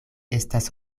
estas